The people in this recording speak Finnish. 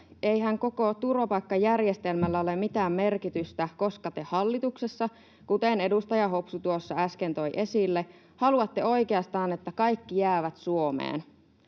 Eihän koko turvapaikkajärjestelmällä ole mitään merkitystä, koska te hallituksessa, kuten edustaja Hopsu tuossa äsken toi esille, haluatte oikeastaan, että kaikki jäävät Suomeen.